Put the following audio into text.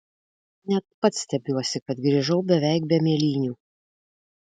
net pats stebiuosi kad grįžau beveik be mėlynių